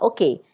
Okay